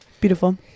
Beautiful